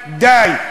די, די.